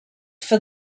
for